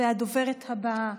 והדוברת הבאה,